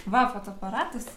va fotoaparatas